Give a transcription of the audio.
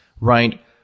right